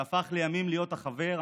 שהפך לימים להיות החבר,